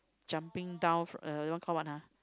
jumping down from uh that one call what ah